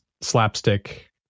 slapstick